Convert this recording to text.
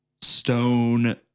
stone